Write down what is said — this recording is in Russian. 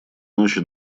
ночи